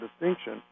distinction